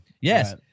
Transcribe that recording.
Yes